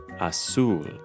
Azul